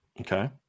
Okay